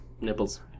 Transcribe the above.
nipples